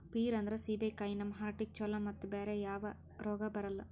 peer ಅಂದ್ರ ಸೀಬೆಕಾಯಿ ನಮ್ ಹಾರ್ಟಿಗ್ ಛಲೋ ಮತ್ತ್ ಬ್ಯಾರೆ ಯಾವನು ರೋಗ್ ಬರಲ್ಲ್